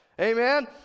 Amen